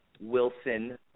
Wilson